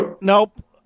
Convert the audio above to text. Nope